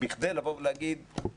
ועל מה הוא היה מברך.